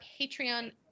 Patreon